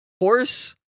Horse